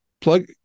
plug